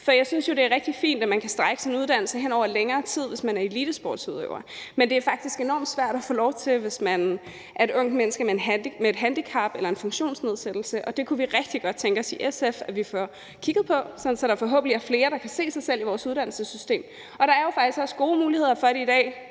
For jeg synes jo, det er rigtig fint, at man kan strække sin uddannelse over længere tid, hvis man er elitesportsudøver, men det er faktisk enormt svært at få lov til det, hvis man er et ungt menneske med et handicap eller en funktionsnedsættelse, og det kunne vi i SF rigtig godt tænke os at vi får kigget på, sådan at der forhåbentlig er flere, der kan se sig selv i vores uddannelsessystem. Og der er jo faktisk også i dag gode muligheder – om end der